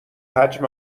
حجم